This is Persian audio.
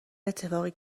اتفاقی